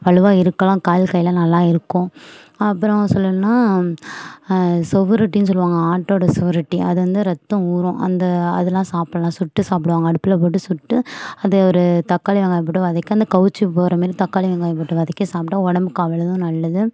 வலுவாக இருக்கலாம் கால் கைலாம் நல்லா இருக்கும் அப்புறம் சொல்லணுன்னா சுவரொட்டின்னு சொல்வாங்க ஆட்டோடய சுவரொட்டி அது வந்து ரத்தம் ஊறும் அந்த அதுலாம் சாப்பிட்லாம் சுட்டு சாப்பிடுவாங்க அடுப்பில் போட்டு சுட்டு அது ஒரு தக்காளி வெங்காயம் போட்டு வதக்கி அந்த கவுச்சி போகிற மாதிரி தக்காளி வெங்காயம் போட்டு வதக்கி சாப்பிட்டா உடம்புக்கு அவ்வளவும் நல்லது